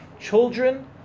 Children